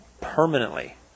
permanently